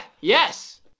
Yes